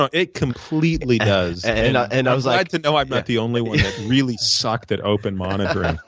ah it completely does, and i'm glad to know i'm not the only one that really sucked at open monitoring.